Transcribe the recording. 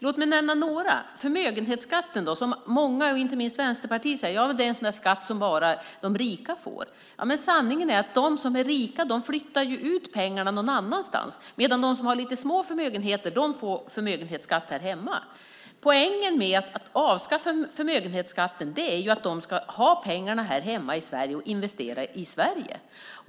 Låt mig nämna några. Förmögenhetsskatten säger många, inte minst Vänsterpartiet, är en skatt som bara de rika får betala. Men sanningen är att de som är rika flyttar ut pengarna någon annanstans, medan de som har små förmögenheter får betala förmögenhetsskatt här hemma. Poängen med att avskaffa förmögenhetsskatten är att man ska ha pengarna här hemma i Sverige och investera dem i Sverige.